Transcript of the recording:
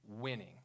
winning